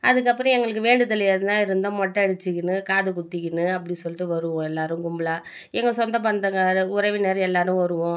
அதுக்கப்புறம் எங்களுக்கு வேண்டுதல் எதுனால் இருந்தால் மொட்டை அடிச்சுக்கின்னு காது குத்திக்கின்னு அப்படி சொல்லிட்டு வருவோம் எல்லாேரும் கும்பலாக எங்கள் சொந்தபந்தங்கள் அதாவது உறவினர் எல்லாேரும் வருவோம்